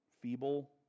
feeble